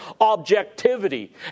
objectivity